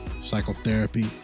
Psychotherapy